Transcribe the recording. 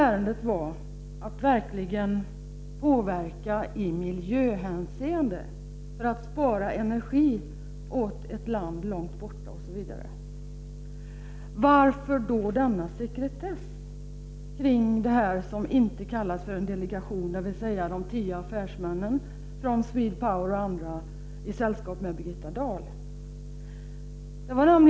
Om Birgitta Dahls ärende verkligen var att påverka i miljöhänseende för att spara energi åt ett land långt borta, varför var då sekretessen så hård kring det här som inte kallades för en delegation, dvs. de tio affärsmännen från SwedPower och andra i sällskap med Birgitta Dahl?